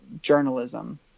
journalism